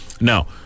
Now